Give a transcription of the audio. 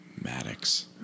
Maddox